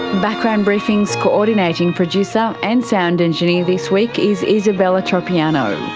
background briefing's coordinating producer and sound engineer this week is isabella tropiano,